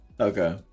Okay